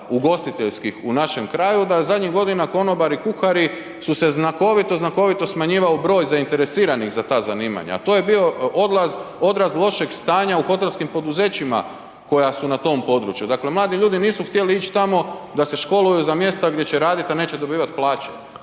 ugostiteljskih u našem kraju, da zadnjih godina konobari i kuhari su se znakovito, znakovito smanjivao broj zainteresiranih za ta zanimanja, a to je bio odraz lošeg stanja u hotelskih poduzećima koja su na tom području, dakle mladi ljudi nisu htjeli ići tamo da se školuju za mjesta gdje će raditi, a neće dobivat plaće